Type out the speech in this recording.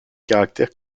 caractères